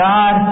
God